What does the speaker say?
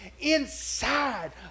inside